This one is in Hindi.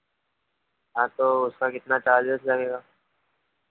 हाँ तो उसका कितना चार्जेज़ लगेगा